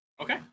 okay